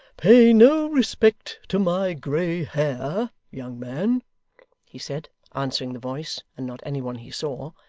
pay no respect to my grey hair, young man he said, answering the voice and not any one he saw.